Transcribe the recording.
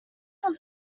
was